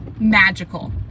magical